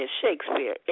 Shakespeare